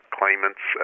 claimants